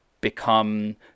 become